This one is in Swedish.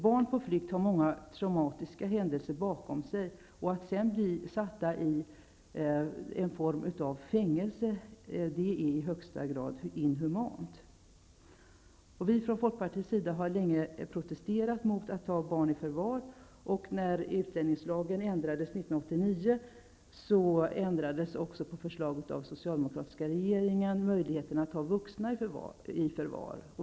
Barn på flykt har ju många traumatiska händelser bakom sig. Att i det läget bli satt i fängelse är i högsta grad inhumant. Vi i Folkpartiet har länge protesterat mot att man tar barn i förvar. När utlänningslagen 1989 ändrades blev det också en ändring, på förslag från den socialdemokratiska regeringen, beträffande möjligheterna att ta vuxna i förvar.